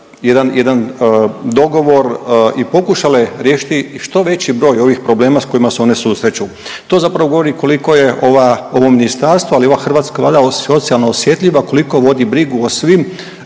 jedan dogovor i pokušale riješiti što veći broj ovih problema s kojima se one susreću. To zapravo govori koliko je ova, ovo ministarstvo, ali i ova hrvatska Vlada socijalno osjetljiva, koliko vodi brigu o svim